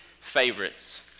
favorites